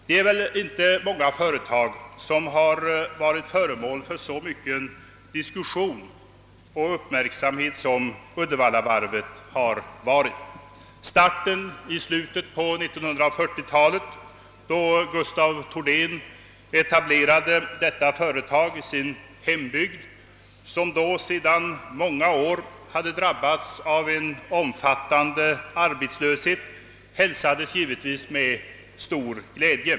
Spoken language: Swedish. Det är väl inte många företag som varit föremål för så mycken diskussion och uppmärksamhet som Uddevallavarvet. Starten i slutet av 1940-talet, då Gustaf Thordén etablerade detta företag i sin hembygd, som då sedan många år hade drabbats av en omfattande arbetslöshet, hälsades givetvis med stor glädje.